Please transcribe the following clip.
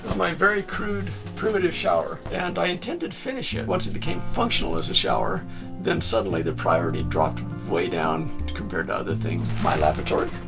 my very crude primitive shower and i intended to finish it. once it became functional as a shower then suddenly the priority dropped way down compared to other things. my lavatory.